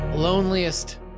loneliest